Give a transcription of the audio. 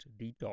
detox